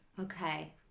Okay